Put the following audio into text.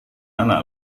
anak